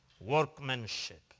workmanship